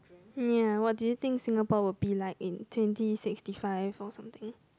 ya what do you think Singapore will be like in twenty sixty five or something